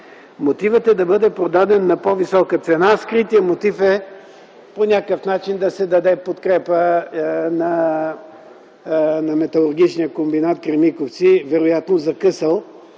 Мотивът е да бъде продаден на по-висока цена, а скритият мотив е по някакъв начин да се даде подкрепа на Металургичния комбинат „Кремиковци”, вероятно закъсал,